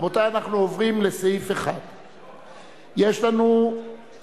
רבותי, אנחנו עוברים לסעיף 1. יש לנו הסתייגות